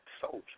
soldier